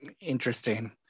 Interesting